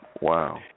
Wow